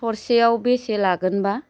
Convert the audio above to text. थरसेआव बेसे लागोन बा